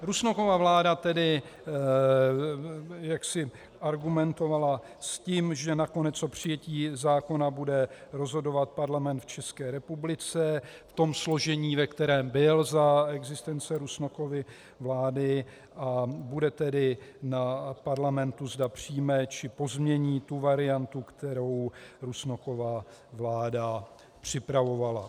Rusnokova vláda tedy argumentovala s tím, že nakonec o přijetí zákona bude rozhodovat Parlament v České republice v tom složení, ve kterém byl za existence Rusnokovy vlády, a bude tedy na Parlamentu, zda přijme, či pozmění tu variantu, kterou Rusnokova vláda připravovala.